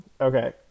Okay